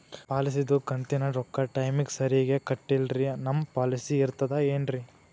ಪಾಲಿಸಿದು ಕಂತಿನ ರೊಕ್ಕ ಟೈಮಿಗ್ ಸರಿಗೆ ಕಟ್ಟಿಲ್ರಿ ನಮ್ ಪಾಲಿಸಿ ಇರ್ತದ ಏನ್ರಿ?